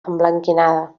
emblanquinada